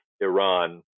Iran